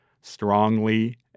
strongly